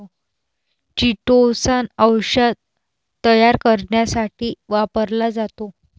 chitosan औषध तयार करण्यासाठी वापरला जातो